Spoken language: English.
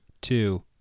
two